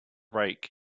rake